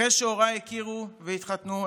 אחרי שהוריי הכירו והתחתנו,